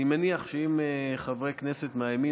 אני מניח שאם חברי כנסת מהימין,